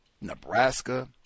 Nebraska